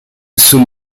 sul